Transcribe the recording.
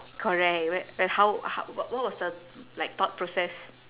correct wh~ like how h~ w~ what was the like thought process